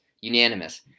unanimous